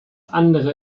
andere